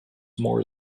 more